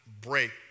break